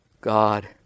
God